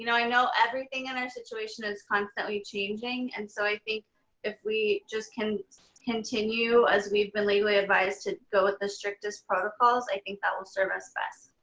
you know i know everything in our situation is constantly changing. and so i think if we just can continue as we've been lately advised to go with the strictest protocols, i think that will serve us best.